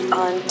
on